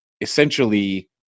essentially